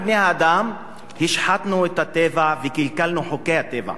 בני-האדם השחתנו את הטבע וקלקלנו את חוקי הטבע.